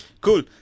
Cool